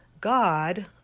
God